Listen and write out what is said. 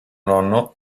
nonno